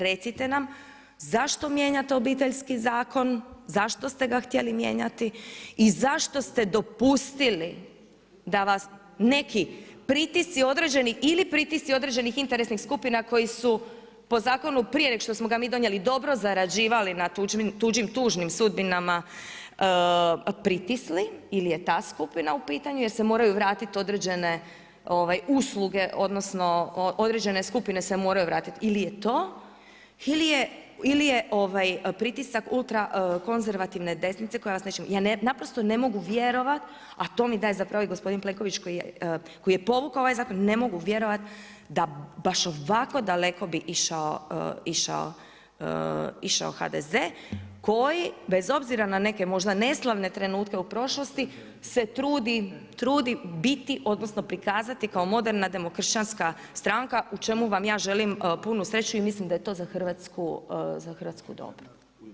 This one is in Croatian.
Recite nam zašto mijenjate Obiteljski zakon, zašto ste ga htjeli mijenjati i zašto ste dopustili da vas neki pritisci određeni ili pritisci određenih interesnih skupina koji su po zakonu prije nego što smo ga mi donijeli dobro zarađivali na tuđim tužnim sudbinama pritisli ili je ta skupina u pitanju jer se moraju vratiti određene usluge odnosno određene skupine se moraju vratiti ili je to ili je pritisak ultrakonzervativne desnice koja vas nečim, ja naprosto ne mogu vjerovat, a to mi daje za pravo i gospodin Plenković koji je povukao ovaj zakon, ne mogu vjerovati da baš ovako daleko bi išao HDZ koji bez obzira na neke možda neslavne trenutke u prošlosti se trudi biti odnosno prikazati kao moderna demokršćanska stranka u čemu vam ja želim punu sreću i mislim da je to za Hrvatsku dobro.